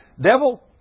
devil